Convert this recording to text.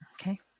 Okay